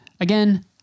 again